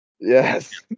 Yes